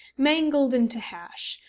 mangled into hash,